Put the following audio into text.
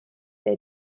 der